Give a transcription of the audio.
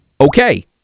okay